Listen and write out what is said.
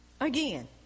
again